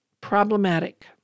problematic